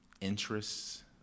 interests